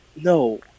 no